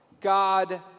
God